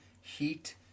heat